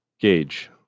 gauge